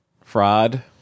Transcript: fraud